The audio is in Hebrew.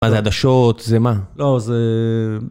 מה זה עדשות? זה מה? לא, זה...